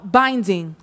binding